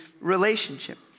relationship